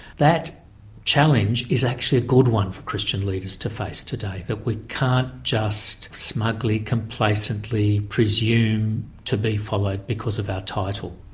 that challenge is actually a good one for christian leaders to face today that we can't just smugly complacently presume to be followed because of our title.